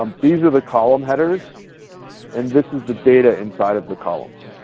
um these are the column headers and this is the data inside of the columns.